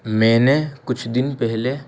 میں نے کچھ دن پہلے